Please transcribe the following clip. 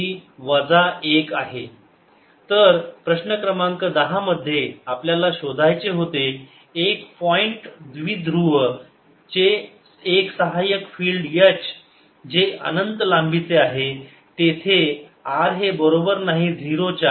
तर प्रश्न क्रमांक दहा मध्ये आपल्याला शोधायचे होते एका पॉईंट द्विध्रुव चे एक सहाय्यक फिल्ड H जे अनंत लांबीचे आहे तेथे r हे बरोबर नाही 0 च्या